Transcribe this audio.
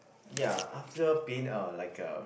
ya after been uh like a